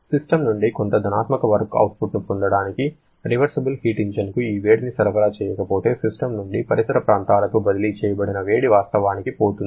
system నుండి కొంత ధనాత్మక వర్క్ అవుట్పుట్ పొందడానికి రివర్సిబుల్ హీట్ ఇంజన్కు ఈ వేడిని సరఫరా చేయకపోతే సిస్టమ్ నుండి పరిసర ప్రాంతాలకు బదిలీ చేయబడిన వేడి వాస్తవానికి పోతుంది